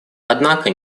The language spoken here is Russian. однако